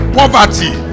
poverty